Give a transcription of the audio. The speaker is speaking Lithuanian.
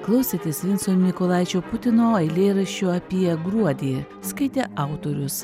klausėtės vinco mykolaičio putino eilėraščio apie gruodį skaitė autorius